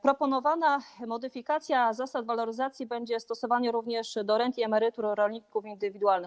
Proponowana modyfikacja zasad waloryzacji będzie stosowana również do rent i emerytur rolników indywidualnych.